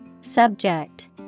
Subject